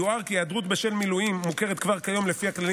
יוער כי היעדרות בשל מילואים מוכרת כבר כיום לפי הכללים